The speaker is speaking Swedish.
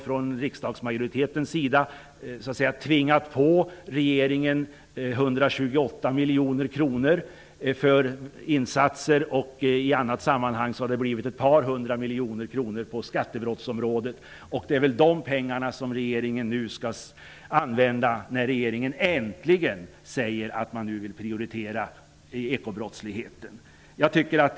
Från riksdagsmajoritetens sida har regeringen ''tvingats på'' 128 miljoner kronor för insatser. I andra sammanhang har det blivit ett par hundra miljoner kronor inom skattebrottsområdet. Det är väl dessa pengar som regeringen nu skall använda när regeringen nu äntligen säger sig vilja prioritera bekämpandet av ekobrottsligheten.